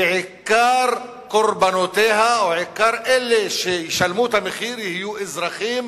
שעיקר קורבנותיה או עיקר אלה שישלמו את המחיר יהיו אזרחים